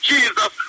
Jesus